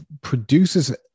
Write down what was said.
produces